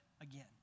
again